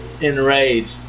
enraged